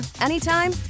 anytime